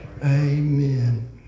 Amen